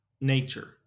nature